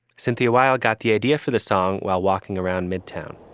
cynthia wild got the idea for the song while walking around midtown